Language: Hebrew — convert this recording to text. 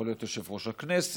יכול להיות יושב-ראש הכנסת,